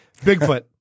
Bigfoot